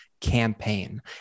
campaign